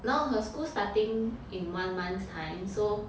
now her school starting in one month's time so